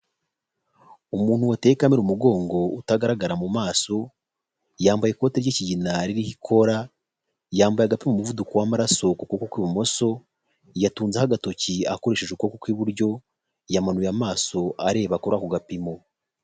Umuntu wateye kamera umugongo utagaragara mu maso; yambaye ikoti ry'ikigina ririho ikora; yambaye agapima umuvuduko w'amaraso ku kuboko kw'ibumoso; yatunzeho agatoki akoresheje ukuboko kw'iburyo; yamanuye amaso areba kuri ako gapimo.